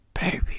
baby